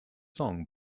song